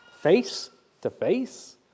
face-to-face